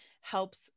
helps